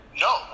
No